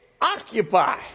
occupy